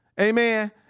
Amen